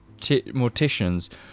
morticians